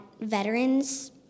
Veterans